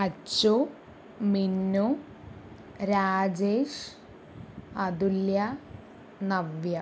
Achu Minnu Rajesh Athulya Navya